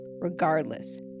regardless